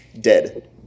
dead